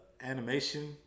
animation